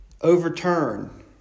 Overturn